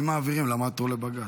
אם מעבירים, אז למה עתרו לבג"ץ?